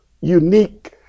unique